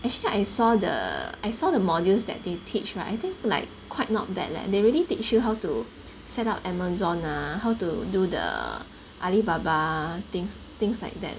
actually I saw the I saw the modules that they teach right I think like quite not bad leh they really teach you how to set up Amazon lah how to do the Alibaba things things like that